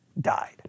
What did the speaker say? died